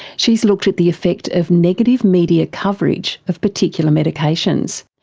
she's looked at the effect of negative media coverage of particular medications,